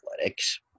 Athletics